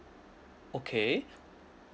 okay